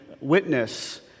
witness